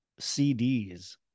CDs